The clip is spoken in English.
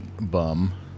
bum